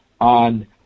on